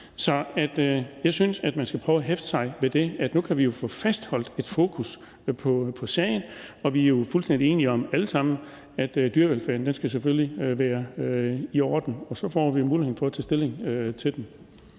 Så jeg synes, man skal prøve at hæfte sig ved, at vi nu kan få fastholdt et fokus på sagen. Og vi er jo fuldstændig enige om alle sammen, at dyrevelfærden selvfølgelig skal være i orden, og så får vi mulighed for at tage stilling til den.